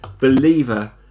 believer